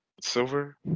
silver